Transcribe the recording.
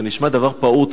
זה נשמע דבר פעוט,